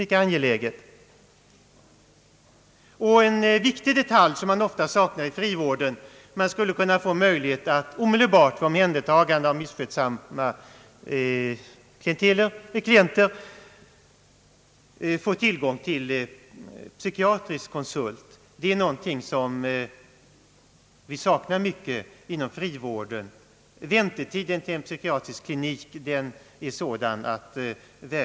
En viktig detalj i detta sammanhang är att få möjlighet att vid omhändertagande av misskötsamma klienter omedelbart ha tillgång till psykiatrisk konsult. Det är något som vi saknar mycket inom frivården.